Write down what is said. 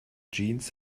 jeans